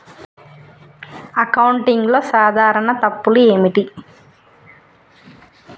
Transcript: అకౌంటింగ్లో సాధారణ తప్పులు ఏమిటి?